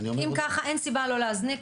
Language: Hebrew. אם ככה אין סיבה לא להזניק,